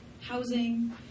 housing